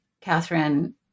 Catherine